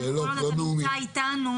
כל עוד אתה נמצא אתנו,